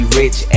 rich